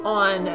on